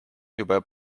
juba